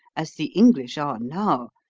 as the english are now,